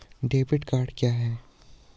Debit card क्या है?